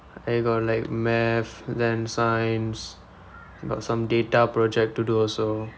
I got like math then science got some data project to do also